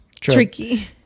tricky